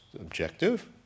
objective